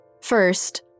First